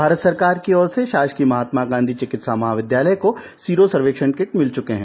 भारत सरकार की ओर से षासकीय महात्मा गांधी चिकित्सा महाविद्यालय को सीरो सर्वेक्षण किट मिल चुके हैं